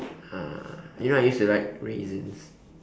uh you know I used to like raisins